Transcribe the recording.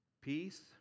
Peace